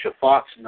Fox